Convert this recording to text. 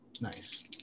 Nice